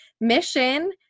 mission